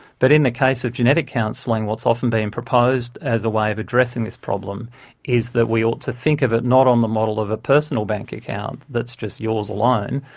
but in the case of genetic counselling what's often being proposed as a way of addressing this problem is that we ought to think of it not on the model of a personal bank account, that's just yours alone,